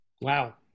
Wow